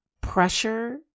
pressure